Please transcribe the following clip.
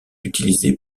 utilisée